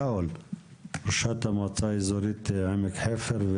ראשת המועצה האזורית עמק חפר,